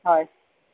হয়